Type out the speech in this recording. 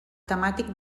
temàtic